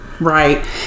right